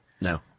No